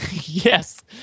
Yes